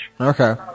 Okay